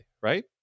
right